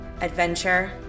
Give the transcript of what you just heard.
Adventure